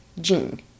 Jean